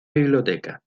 biblioteca